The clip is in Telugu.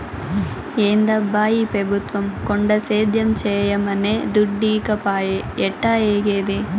ఏందబ్బా ఈ పెబుత్వం కొండ సేద్యం చేయమనె దుడ్డీకపాయె ఎట్టాఏగేది